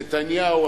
נתניהו,